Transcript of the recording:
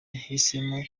yahisemo